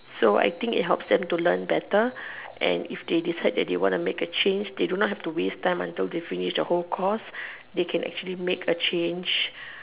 so I think it helps them to learn better and if they decide they want to make a change they do not have to waste time until they finish the whole course they can actually make a change